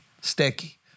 sticky